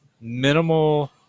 minimal